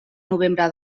novembre